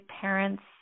parents